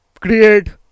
create